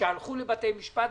שהלכו לבתי משפט,